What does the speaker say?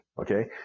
Okay